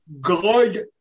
God